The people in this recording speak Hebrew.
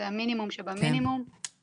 זה המינימום שבמינימום,